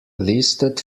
listed